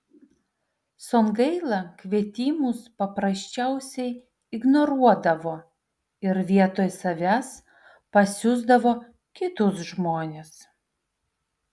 songaila kvietimus paprasčiausiai ignoruodavo ir vietoj savęs pasiųsdavo kitus žmones